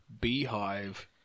beehive